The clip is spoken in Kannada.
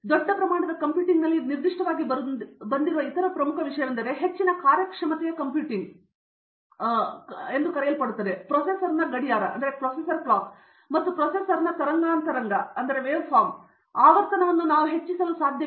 ದೊಡ್ಡ ಪ್ರಮಾಣದ ಕಂಪ್ಯೂಟಿಂಗ್ನಲ್ಲಿ ನಿರ್ದಿಷ್ಟವಾಗಿ ಬಂದಿರುವ ಇತರ ಪ್ರಮುಖ ವಿಷಯವೆಂದರೆ ನೀವು ಹೆಚ್ಚಿನ ಕಾರ್ಯಕ್ಷಮತೆಯ ಕಂಪ್ಯೂಟಿಂಗ್ನಂತೆ ಕರೆಯಲ್ಪಡುವೆಂದರೆ ಪ್ರೊಸೆಸರ್ನ ಗಡಿಯಾರ ಮತ್ತು ಪ್ರೊಸೆಸರ್ನ ತರಂಗಾಂತರದ ಆವರ್ತನವನ್ನು ನಾವು ಹೆಚ್ಚಿಸಲು ಸಾಧ್ಯವಿಲ್ಲ